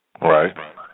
Right